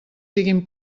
siguin